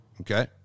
Okay